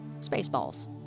Spaceballs